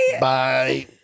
Bye